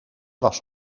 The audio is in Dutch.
was